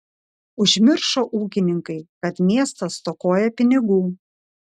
užmiršo ūkininkai kad miestas stokoja pinigų